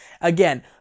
Again